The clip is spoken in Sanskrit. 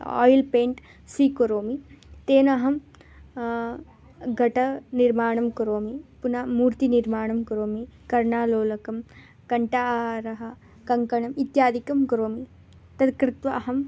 ओइल् पेण्ट् स्वीकरोमि तेन अहं घटनिर्माणं करोमि पुन मूर्तिनिर्माणं करोमि कर्णालोलकं कण्ठाहारः कङ्कणम् इत्यादिकं करोमि तद् कृत्वा अहम्